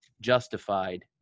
justified